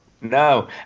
No